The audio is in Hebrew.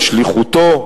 את שליחותו,